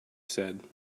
said